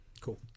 Cool